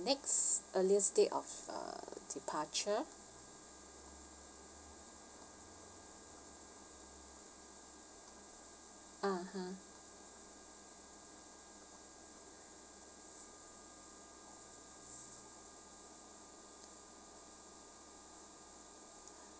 next earliest day of uh departure (uh huh)